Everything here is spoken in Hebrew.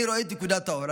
אני רואה את נקודת האור.